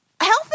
Healthy